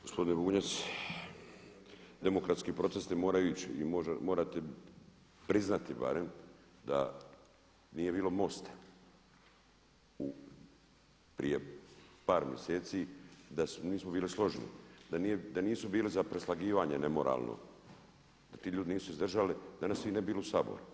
Gospodine Bunjac, demokratski proces ne moraju ići i morate priznati barem da nije bilo MOST-a prije par mjeseci, mi smo bili složni, da nisu bili za preslagivanje nemoralno da ti ljudi nisu izdržali danas ih ne bi bilo u Saboru.